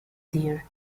dear